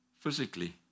physically